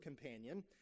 companion